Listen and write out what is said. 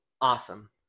awesome